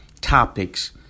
topics